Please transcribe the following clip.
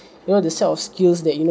you know the set of skills that you know